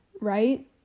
right